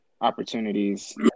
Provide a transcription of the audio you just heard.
opportunities